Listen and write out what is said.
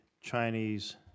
Chinese